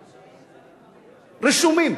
רשומים,